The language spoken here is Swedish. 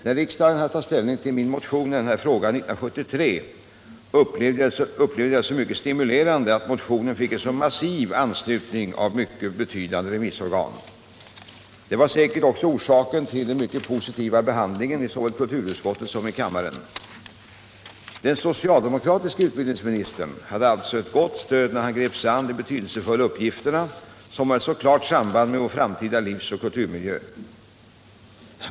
När riksdagen hade att ta ställning till min motion i denna fråga 1973 upplevde jag det som mycket stimulerande att motionen fick en så massiv : anslutning av mycket betydande remissorgan. Detta var säkerligen orsaken till den mycket positiva behandlingen såväl i kulturutskottet som i kammaren. Den socialdemokratiske utbildningsministern hade alltså ett gott stöd när han grep sig an de betydelsefulla uppgifter som har ett så klart samband med vår framtida livsoch kulturmiljö.